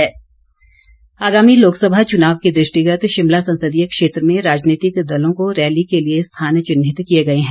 rally स्थल आगामी लोकसभा चुनाव के दृष्टिगत शिमला संसदीय क्षेत्र में राजनीतिक दलों को रैली के लिए स्थान चिन्हित किए गए है